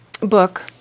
book